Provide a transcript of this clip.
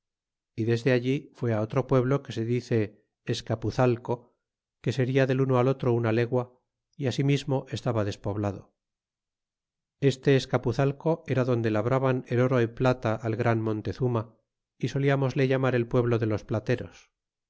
y desde allí fué á otro pueblo que se dice escapuzalco que seria del uno al otro una legua y asimismo estaba despoblado este escapuzalco eratibnde labraban el oro a plata al gran montezuma y soliamosle llamar el pueblo de los plateros